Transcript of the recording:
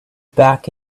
back